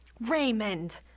Raymond